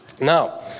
Now